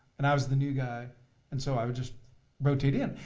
and i was the new guy and so i would just rotate in.